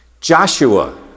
Joshua